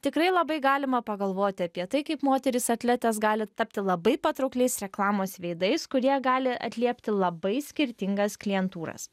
tikrai labai galima pagalvoti apie tai kaip moterys atletės gali tapti labai patraukliais reklamos veidais kurie gali atliepti labai skirtingas klientūras